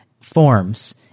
forms